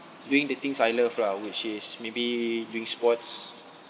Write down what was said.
doing the things I love lah which is maybe doing sports